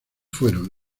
fueron